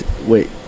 Wait